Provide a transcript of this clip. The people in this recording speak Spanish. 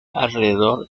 alrededor